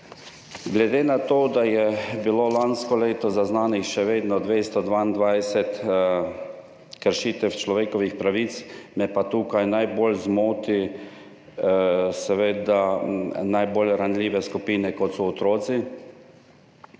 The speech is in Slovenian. Glede na to, da je bilo lansko leto še vedno zaznanih 222 kršitev človekovih pravic, me pa tukaj najbolj zmotijo najbolj ranljive skupine, kot so otroci,